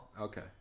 Okay